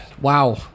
Wow